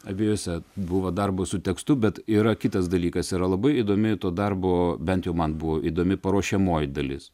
abiejose buvo darbo su tekstu bet yra kitas dalykas yra labai įdomi to darbo bent jau man buvo įdomi paruošiamoji dalis